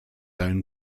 own